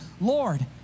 Lord